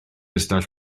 ystafell